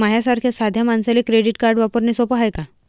माह्या सारख्या साध्या मानसाले क्रेडिट कार्ड वापरने सोपं हाय का?